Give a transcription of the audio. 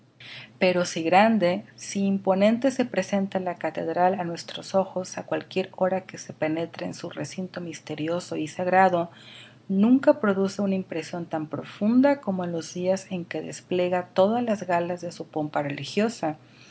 pero si grande si imponente se presenta la catedral á nuestros ojos á cualquier hora que se penetra en su recinto misterioso y sagrado nunca produce una impresión tan profunda como en los días en que despliega todas las galas de su pompa religiosa